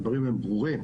הדברים הם ברורים.